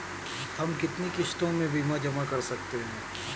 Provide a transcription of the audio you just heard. हम कितनी किश्तों में बीमा जमा कर सकते हैं?